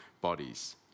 bodies